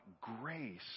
grace